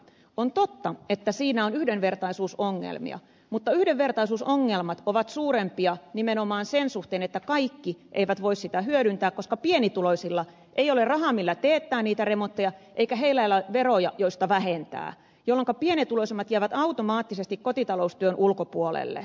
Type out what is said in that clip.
on totta että siinä on yhdenvertaisuusongelmia mutta yhdenvertaisuusongelmat ovat suurempia nimenomaan sen suhteen että kaikki eivät voi sitä hyödyntää koska pienituloisilla ei ole rahaa millä teettää niitä remontteja eikä heillä ole veroja joista vähentää jolloinka pienituloisimmat jäävät automaattisesti kotitaloustyön ulkopuolelle